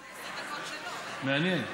מעניין.